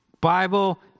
Bible